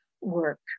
work